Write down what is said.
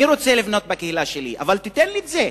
אני רוצה לבנות בקהילה שלי, אבל תיתן לי את זה.